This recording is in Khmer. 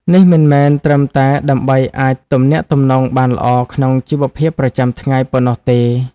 នេះមិនមែនត្រឹមតែដើម្បីអាចទំនាក់ទំនងបានល្អក្នុងជីវភាពប្រចាំថ្ងៃប៉ុណ្ណោះទេ។